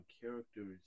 characters